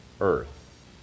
earth